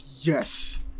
yes